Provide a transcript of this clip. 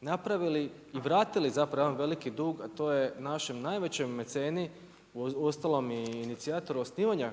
napravili i vratili zapravo jedan veliki dug, a to je našim najvećem meceni, uostalom i inicijatoru osnivanja